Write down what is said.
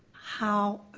how